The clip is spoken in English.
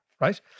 right